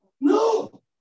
No